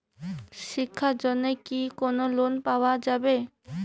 শিক্ষার জন্যে কি কোনো লোন পাওয়া যাবে?